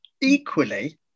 Equally